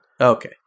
Okay